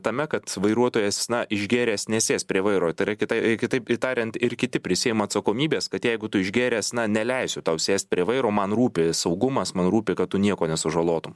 tame kad vairuotojas na išgėręs nesės prie vairo tai yra kitai kitaip pritariant ir kiti prisiima atsakomybės kad jeigu tu išgėręs na neleisiu tau sėst prie vairo man rūpi saugumas man rūpi kad tu nieko nesužalotum